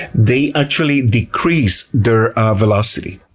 they actually decrease their velocity.